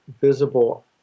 visible